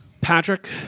Patrick